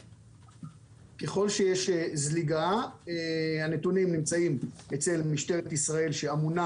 ככל שיש זליגה הנתונים נמצאים אצל משטרת ישראל שאמונה